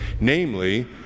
namely